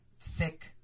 thick